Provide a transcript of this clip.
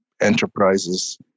enterprises